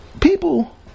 People